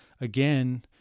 again